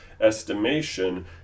estimation